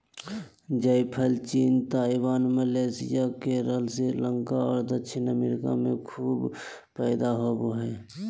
जायफल चीन, Taiwan, Malaysia, Kerala, Sri Lanka और दक्षिणी अमेरिका में खूब पैदा होबो हइ